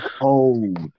cold